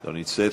לא נמצאת.